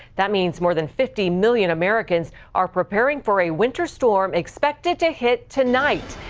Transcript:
that means more than fifty million americans are preparing for a winter storstorm expected to hit tonight.